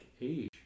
age